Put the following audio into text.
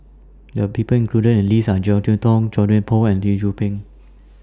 The People included in The list Are Jek Yeun Thong Chua Thian Poh and Lee Tzu Pheng